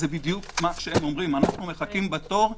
זה מה שהם אומרים: אנחנו מחכים בתור,